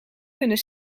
kunnen